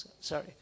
sorry